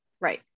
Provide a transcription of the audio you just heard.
right